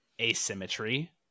asymmetry